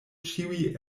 ĉiuj